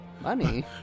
Money